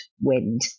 wind